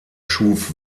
schuf